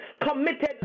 committed